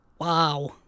Wow